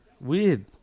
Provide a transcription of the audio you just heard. Weird